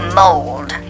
mold